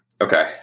Okay